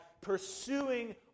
pursuing